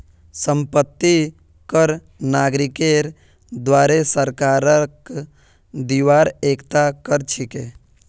संपत्ति कर नागरिकेर द्वारे सरकारक दिबार एकता कर छिके